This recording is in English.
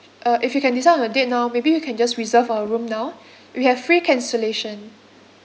uh if you can decide on a date now maybe you can just reserve a room now we have free cancellation